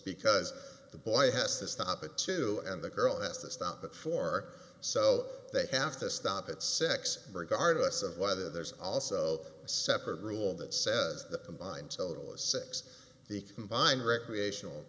because the boy has to stop at two and the girl has to stop at four so they have to stop at six regardless of whether there's also a separate rule that says the combined total is six the combined recreational